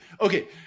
okay